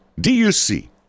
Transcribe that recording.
D-U-C